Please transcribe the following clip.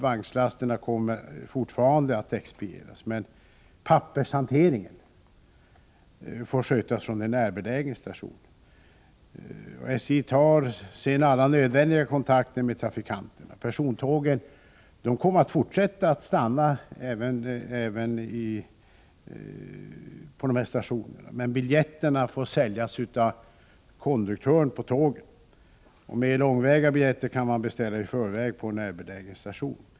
Vagnslasterna kommer fortfarande att expedieras, men pappershanteringen får skötas från en närbelägen station. SJ tar sedan alla nödvändiga kontakter med trafikanterna. Persontågen kommer även fortsättningsvis att stanna vid de här stationerna, men biljetterna får säljas av konduktören på tåget. Biljetter för mera långväga resor kan man beställa i förväg på en närbelägen station.